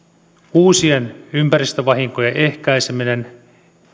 uusien ympäristövahinkojen ehkäiseminen